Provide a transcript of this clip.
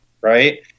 right